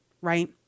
Right